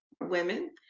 women